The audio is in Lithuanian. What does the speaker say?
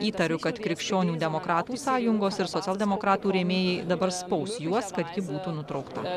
įtariu kad krikščionių demokratų sąjungos ir socialdemokratų rėmėjai dabar spaus juos kad ji būtų nutraukta